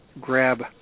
grab